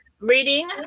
reading